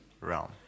realm